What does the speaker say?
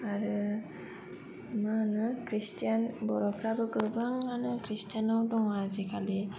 आरो मा होनो खृष्टान बर'फोराबो गोबांआनो खृष्टानआव दं आजिखालि